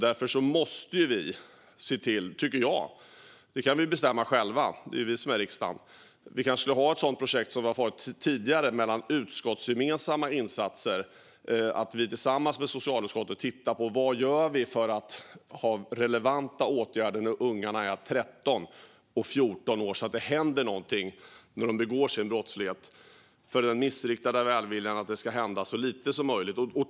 Därför tycker jag att vi kanske skulle se till - det kan vi se till själva, för det är ju vi som är riksdagen - att ha ett sådant projekt som vi har haft tidigare med utskottsgemensamma insatser och att vi tillsammans med socialutskottet tittar på vad vi ska göra för att ha relevanta åtgärder när ungarna är 13-14 år, så att det händer någonting när de begår brott och så att det inte ska vara en missriktad välvilja att det ska hända så lite som möjligt.